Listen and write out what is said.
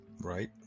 right